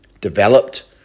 developed